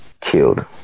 killed